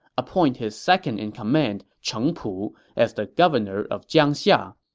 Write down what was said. appoint his second-in-command cheng pu as the governor of jiangxia,